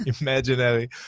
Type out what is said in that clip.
Imaginary